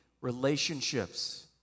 relationships